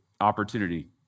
opportunity